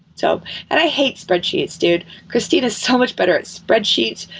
so and i hate spreadsheets, dude. christine is so much better at spreadsheets.